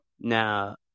Now